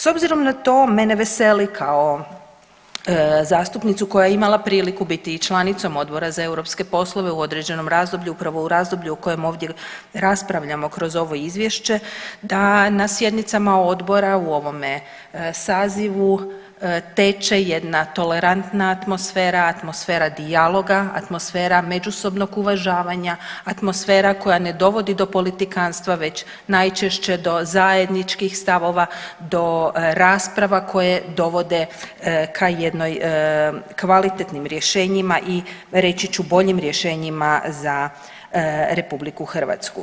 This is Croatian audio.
S obzirom na to mene veseli kao zastupnicu koja je imala priliku biti i članicom Odbora za europske poslove u određenom razdoblju, upravo u razdoblju o kojem ovdje raspravljamo kroz ovo Izvješće da na sjednicama Odbora u ovome sazivu teče jedne tolerantna atmosfera, atmosfera dijaloga, atmosfera međusobnog uvažavanja, atmosfera koja ne dovodi do politikanstva već najčešće do zajedničkih stavova, do rasprava koje dovode k jednim kvalitetnim rješenjima i reći ću boljim rješenjima za Republiku Hrvatsku.